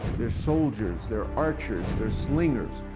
their soldiers, their archers, their slingers,